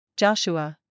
joshua